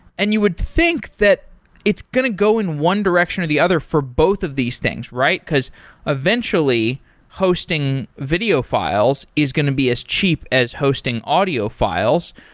and you would think that it's going to go in one direction or the other for both of these things, right? because eventually hosting video files is going to be as cheap as hosting audio files,